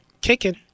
kicking